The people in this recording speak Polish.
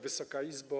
Wysoka Izbo!